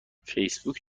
فیسبوک